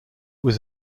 was